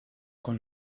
con